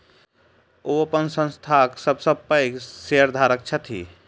ओ अपन संस्थानक सब सॅ पैघ शेयरधारक छथि